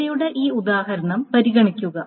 ഡാറ്റയുടെ ഈ ഉദാഹരണം പരിഗണിക്കുക